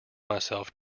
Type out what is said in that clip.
myself